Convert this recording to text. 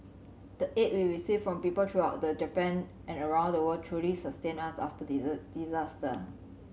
the aid we received from people throughout the Japan and around the world truly sustained us after the disaster